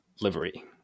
livery